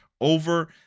over